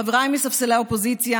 חבריי מספסלי האופוזיציה,